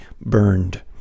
burned